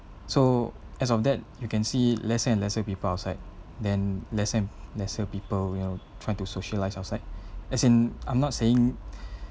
so as of that you can see lesser and lesser people outside than lesser and lesser people you know try to socialize outside as in I'm not saying